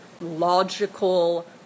logical